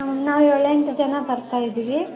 ನಾವು ಏಳೆಂಟು ಜನ ಬರ್ತಾಯಿದ್ದೀವಿ